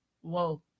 whoa